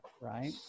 right